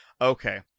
Okay